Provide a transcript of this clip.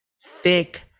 thick